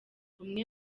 umwe